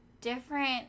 different